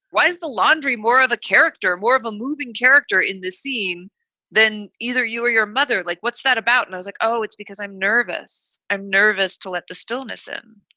why is the laundry more of a character, more of a moving character in this scene than either you or your mother? like what's that about, nose? like oh, it's because i'm nervous. i'm nervous to let the stillness in.